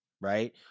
Right